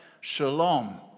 shalom